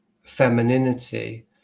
femininity